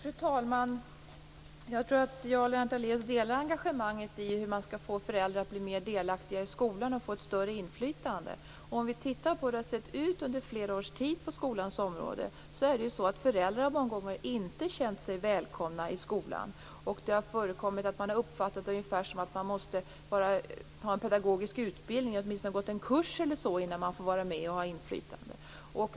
Fru talman! Jag tror att jag och Lennart Daléus delar engagemanget i fråga om hur man skall få föräldrar att bli mer delaktiga i skolan och få ett större inflytande. Om vi ser på hur det har sett ut under flera års tid på skolans område har föräldrar många gånger inte känt sig välkomna i skolan, och det har förekommit att de många gånger har uppfattat det ungefär som att de måste ha en pedagogisk utbildning eller åtminstone ha gått en kurs innan de får vara med och ha inflytande.